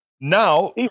Now